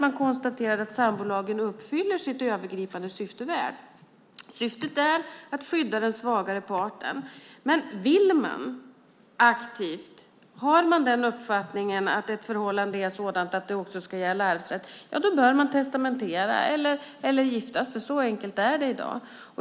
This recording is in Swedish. Man konstaterade att sambolagen uppfyller sitt övergripande syfte väl. Syftet är att skydda den svagare parten, men har man den uppfattningen att ett förhållande är sådant att det också ska ge arvsrätt bör man testamentera eller gifta sig. Så enkelt är det i dag.